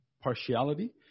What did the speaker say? partiality